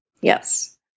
Yes